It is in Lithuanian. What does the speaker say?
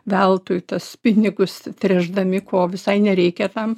veltui tuos pinigus tręšdami ko visai nereikia tam